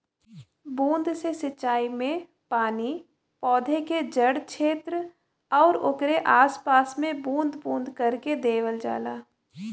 बूंद से सिंचाई में पानी पौधन के जड़ छेत्र आउर ओकरे आस पास में बूंद बूंद करके देवल जाला